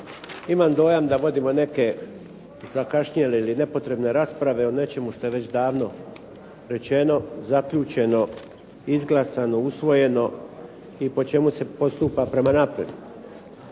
Imam dojam da vodimo neke zakašnjele ili nepotrebne rasprave o nečemu što je već davno rečeno, zaključeno, izglasano, usvojeno i po čemu se postupa prema naprijed.